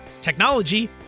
technology